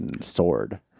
sword